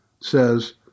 says